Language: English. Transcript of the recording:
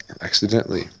accidentally